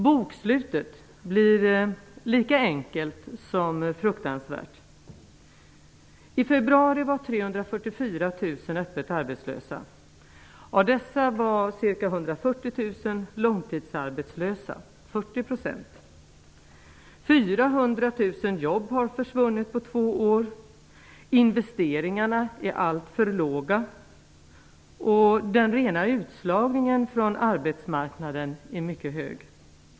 Bokslutet blir lika enkelt som fruktansvärt: 400 000 jobb har försvunnit på två år. Investeringarna är alltför låga. Utslagningen från arbetsmarknaden är mycket hög.